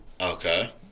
okay